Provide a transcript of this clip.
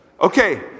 Okay